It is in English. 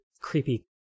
creepy